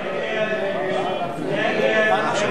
ההסתייגות של